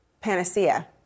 panacea